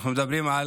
אנחנו מדברים על